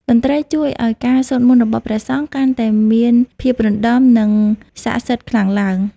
តន្ត្រីជួយឱ្យការសូត្រមន្តរបស់ព្រះសង្ឃ កាន់តែមានភាពរណ្ដំ និងសក្ដិសិទ្ធិខ្លាំងឡើង។